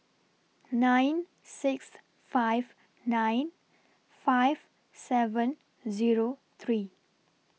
nine six five nine five seven Zero three